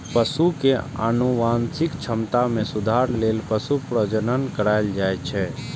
पशु के आनुवंशिक क्षमता मे सुधार लेल पशु प्रजनन कराएल जाइ छै